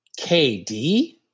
KD